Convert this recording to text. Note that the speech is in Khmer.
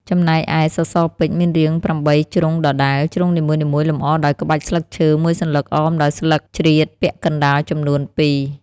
ចំណែកឯ សសរពេជ្យ មានរាង ៨ ជ្រុងដដែល ជ្រុងនីមួយៗលម្អដោយក្បាច់ស្លឹងឈើមួយសន្លឹកអមដោយស្លឹកជ្រៀកពាក់កណ្តាល់ចំនួន២។